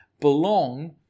belong